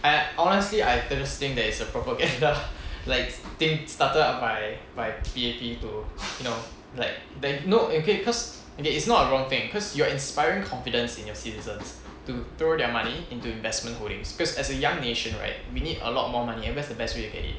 I honestly I the thinks it's a propaganda like think started out by by P_A_P to you know like they no okay cause okay it's not a wrong thing cause you are inspiring confidence in your citizens to throw their money into investment holdings cause as a young nation right we need a lot more money invest is the best way to get it